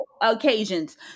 occasions